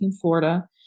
Florida